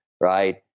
right